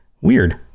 weird